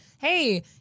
hey